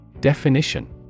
Definition